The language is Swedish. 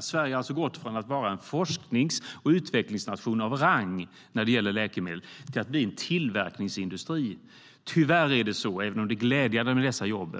Sverige har alltså gått från att vara en forsknings och utvecklingsnation av rang till att bli en tillverkningsindustri. Tyvärr är det så, även om det är glädjande med dessa jobb,